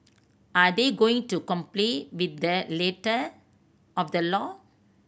are they going to complete with the letter of the law